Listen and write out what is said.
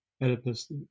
Oedipus